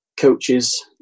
Coaches